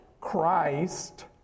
Christ